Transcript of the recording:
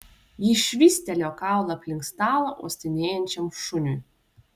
ji švystelėjo kaulą aplink stalą uostinėjančiam šuniui